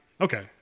Okay